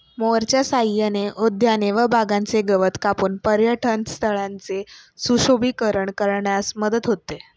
मोअरच्या सहाय्याने उद्याने व बागांचे गवत कापून पर्यटनस्थळांचे सुशोभीकरण करण्यास मदत होते